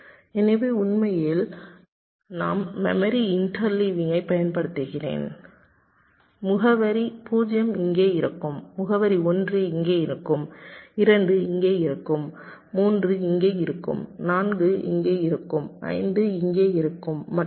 எனவே உண்மையில் நான் மெமரி இன்டர்லீவிங்கைப் பயன்படுத்துகிறேன் முகவரி 0 இங்கே இருக்கும் முகவரி 1 இங்கே இருக்கும் 2 இங்கே இருக்கும் 3 இங்கே இருக்கும் 4 இங்கே இருக்கும் 5 இங்கே இருக்கும் மற்றும் பல